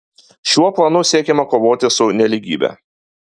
šiuo planu siekiama kovoti su nelygybe